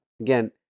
again